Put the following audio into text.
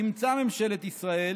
אימצה ממשלת ישראל